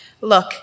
Look